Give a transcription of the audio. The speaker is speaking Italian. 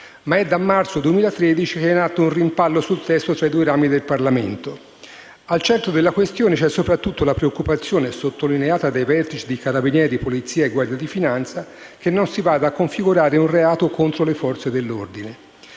Ma è da marzo 2013 che è in atto un rimpallo sul testo tra i due rami del Parlamento. Al centro della questione c'è soprattutto la preoccupazione, sottolineata dai vertici di Carabinieri, Polizia e Guardia di finanza, che non si vada a configurare un reato contro le Forze dell'ordine.